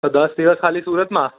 તો દસ દિવસ ખાલી સુરતમાં